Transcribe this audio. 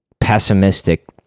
pessimistic